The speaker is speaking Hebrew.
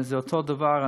זה אותו הדבר,